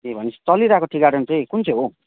ए भनेपछि चलिरहेको tea garden चाहिँ कुन चाहिँ हो